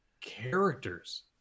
characters